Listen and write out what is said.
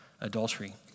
adultery